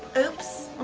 oops. i